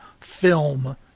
film